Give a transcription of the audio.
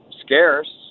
scarce